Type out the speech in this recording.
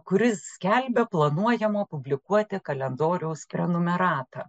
kuris skelbia planuojamo publikuoti kalendoriaus prenumeratą